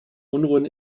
unruhen